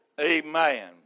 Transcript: Amen